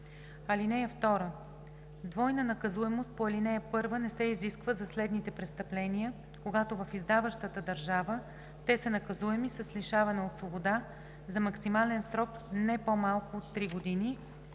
(2) Двойна наказуемост по ал. 1 не се изисква за следните престъпления, когато в издаващата държава те са наказуеми с лишаване от свобода за максимален срок не по-малко от три години